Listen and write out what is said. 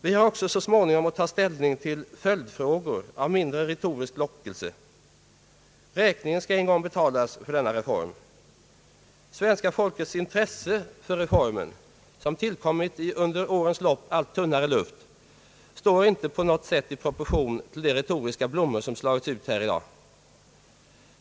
Vi har också så småningom att ta ställning till följdfrågor av mindre retorisk lockelse. Räkningen för denna reform skall en gång betalas. Svenska folkets intresse för reformen, som tillkommit i under årens lopp allt tunnare luft, står inte på något sätt i proportion till de retoriska blommor som slagit ut här i dag.